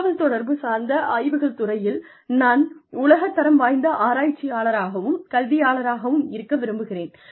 தகவல்தொடர்பு சார்ந்த ஆய்வுகள் துறையில் நான் உலகத் தரம் வாய்ந்த ஆராய்ச்சியாளராகவும் கல்வியாளராகவும் இருக்க விரும்புகிறேன்